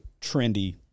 trendy